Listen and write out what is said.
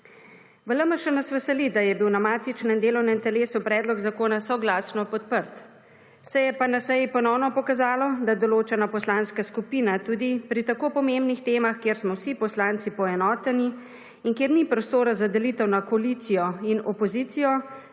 V LMŠ nas veseli, da je bil na matičnem delovnem telesu predlog zakona soglasno podprt, se je pa na seji ponovno pokazalo, da določena poslanska skupina tudi pri tako pomembnih temah kjer smo vsi poslanci poenoteni in kjer ni prostora za delitev na koalicijo in opozicijo,